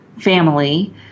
family